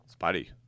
Spidey